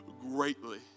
greatly